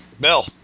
Bill